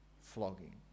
flogging